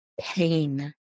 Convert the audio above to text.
pain